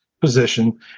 position